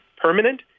permanent